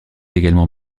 également